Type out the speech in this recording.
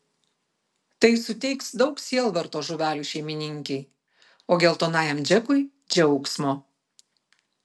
tai suteiks daug sielvarto žuvelių šeimininkei o geltonajam džekui džiaugsmo